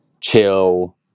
chill